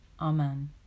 Amen